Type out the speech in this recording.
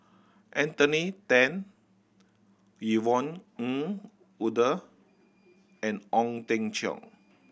Anthony Then Yvonne Ng Uhde and Ong Teng Cheong